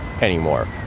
anymore